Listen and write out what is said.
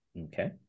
Okay